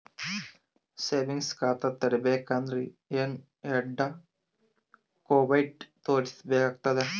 Savings ಖಾತಾ ತೇರಿಬೇಕಂದರ ಏನ್ ಏನ್ಡಾ ಕೊಮೆಂಟ ತೋರಿಸ ಬೇಕಾತದ?